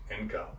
income